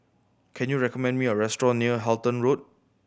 can you recommend me a restaurant near Halton Road